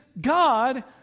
God